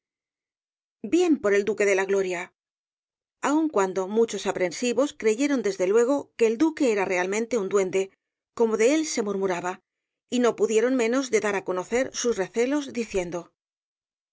bien por el duque de la rosalía de castro gloria aun cuando muchos aprensivos creyeron desde luego que el duque era realmente un duende como de él se murmuraba y no pudieron menos de dar á conocer sus recelos diciendo